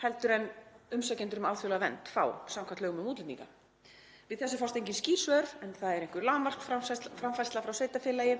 þjónusta en umsækjendur um alþjóðlega vernd fá samkvæmt lögum um útlendinga. Við þessu fást engin skýr svör en það er einhver lágmarksframfærsla frá sveitarfélagi.